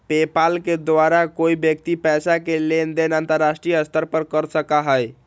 PayPal के द्वारा कोई व्यक्ति पैसा के लेन देन अंतर्राष्ट्रीय स्तर पर कर सका हई